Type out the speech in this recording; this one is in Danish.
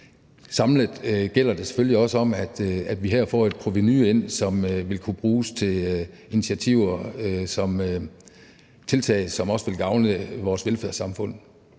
Samlet set gælder det selvfølgelig også om, at vi her får et provenu ind, som vil kunne bruges til initiativer og tiltag, som også vil gavne vores velfærdssamfund.